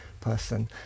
person